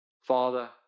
Father